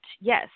yes